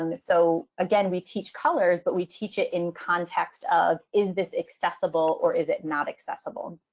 and so, again, we teach colors, but we teach it in context of is this accessible or is it not accessible?